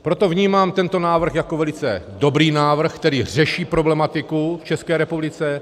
Proto vnímám tento návrh jako velice dobrý návrh, který řeší problematiku v České republice.